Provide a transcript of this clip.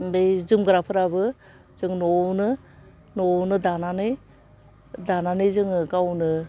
बै जोमग्राफोराबो जों न'वावनो न'वावनो दानानै दानानै जोङो गावनो